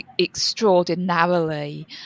extraordinarily